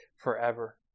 forever